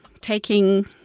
taking